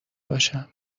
باشم